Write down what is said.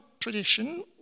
tradition